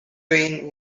wayne